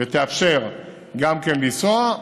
ותאפשר גם כן לנסוע,